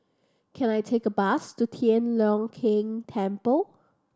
can I take a bus to Tian Leong Keng Temple